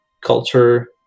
culture